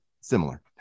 similar